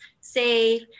safe